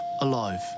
alive